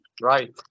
right